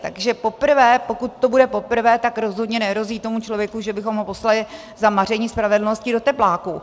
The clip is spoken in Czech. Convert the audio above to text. Takže poprvé, pokud to bude poprvé, tak rozhodně nehrozí tomu člověku, že bychom ho poslali za maření spravedlnosti do tepláků.